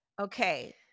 okay